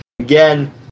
again